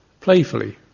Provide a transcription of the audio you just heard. playfully